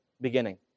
beginning